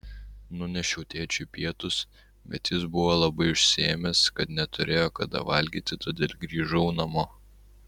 nunešiau tėčiui pietus bet jis buvo taip užsiėmęs kad neturėjo kada valgyti todėl grįžau namo